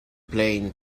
plane